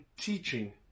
teaching